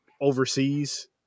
overseas